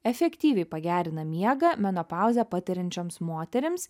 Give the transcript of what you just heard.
efektyviai pagerina miegą menopauzę patiriančioms moterims